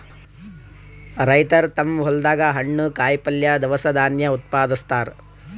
ರೈತರ್ ತಮ್ಮ್ ಹೊಲ್ದಾಗ ಹಣ್ಣ್, ಕಾಯಿಪಲ್ಯ, ದವಸ ಧಾನ್ಯ ಉತ್ಪಾದಸ್ತಾರ್